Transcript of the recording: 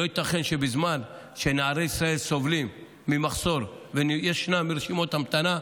לא ייתכן שבזמן שנערי ישראל סובלים ממחסור וישנן רשימות המתנה,